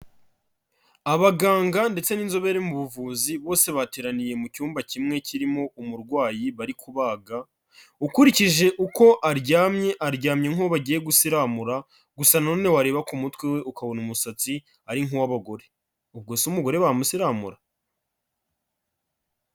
Abaganga ndetse n'inzobere mu buvuzi bose bateraniye mu cyumba kimwe kirimo umurwayi bari kubaga, ukurikije uko aryamye aryamye nkuwo bagiye gusiramura gusa nanone wareba ku mutwe we ukabona umusatsi ari nk'uw'abagore, ubwo se umugore bamusiramura?